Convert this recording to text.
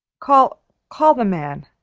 call call the man.